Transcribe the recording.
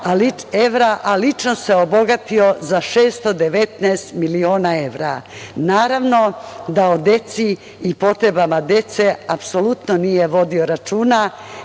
a lično se obogatio za 619 miliona evra. Naravno da o deci i potrebama dece apsolutno nije vodio računa,